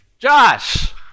Josh